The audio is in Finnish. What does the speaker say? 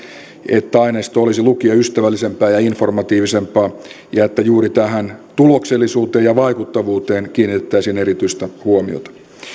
että aineisto olisi lukijaystävällisempää ja informatiivisempaa ja että juuri tähän tuloksellisuuteen ja vaikuttavuuteen kiinnitettäisiin erityistä huomiota